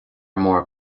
mór